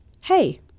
hey